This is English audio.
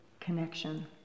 connection